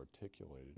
articulated